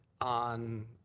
on